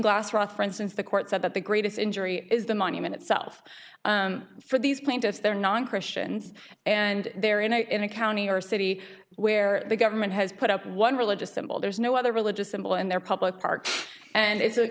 glass wrought for instance the court said that the greatest injury is the monument itself for these plaintiffs their non christians and their in a in a county or city where the government has put up one religious symbol there is no other religious symbol in their public park and it's a